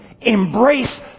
embrace